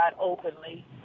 openly